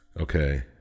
okay